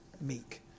meek